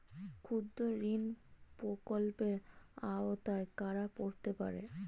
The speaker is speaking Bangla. ক্ষুদ্রঋণ প্রকল্পের আওতায় কারা পড়তে পারে?